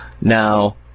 Now